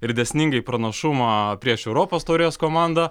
ir dėsningai pranašumą prieš europos taurės komandą